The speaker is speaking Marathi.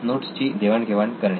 नोट्सची देवाण घेवाण करणे